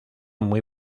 muy